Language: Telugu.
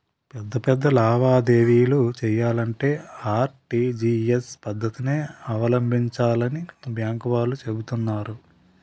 పెద్ద పెద్ద లావాదేవీలు చెయ్యాలంటే ఆర్.టి.జి.ఎస్ పద్దతినే అవలంబించాలని బాంకు వాళ్ళు చెబుతున్నారు